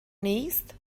نیست